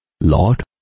Lord